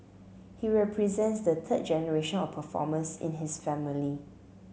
he represents the third generation of performers in his family